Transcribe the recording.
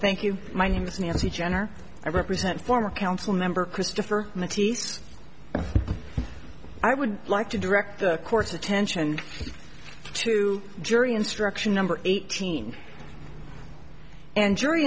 thank you my name is nancy jenner i represent former council member christopher ninety six i would like to direct the court's attention to jury instruction number eighteen and jury